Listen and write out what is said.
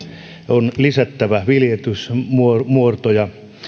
on lisättävä viljelymuotoja